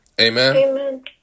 Amen